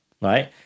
right